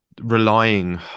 relying